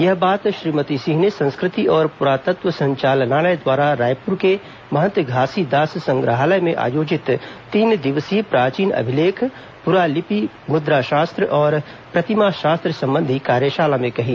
यह बात श्रीमती सिंह ने संस्कृति और पुरातत्व संचालनालय द्वारा रायपुर के महंत घासीदास संग्रहालय में आयोजित तीन दिवसीय प्राचीन अभिलेख पुरालिपि मुद्राशास्त्र और प्रतिमाशास्त्र संबंधी कार्यशाला में कही